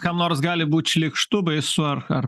kam nors gali būt šlykštu baisu ar ar